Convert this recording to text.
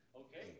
Okay